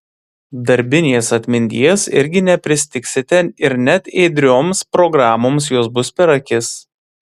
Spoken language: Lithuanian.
darbinės atminties irgi nepristigsite ir net ėdrioms programoms jos bus per akis